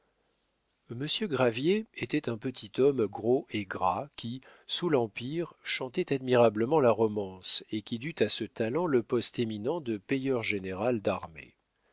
gravier était un petit homme gros et gras qui sous l'empire chantait admirablement la romance et qui dut à ce talent le poste éminent de payeur général d'armée